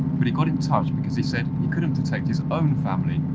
but he got in touch because he said he couldn't protect his own family,